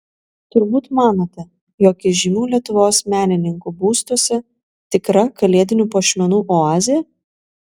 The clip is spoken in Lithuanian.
turbūt manote jog įžymių lietuvos menininkų būstuose tikra kalėdinių puošmenų oazė